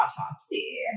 Autopsy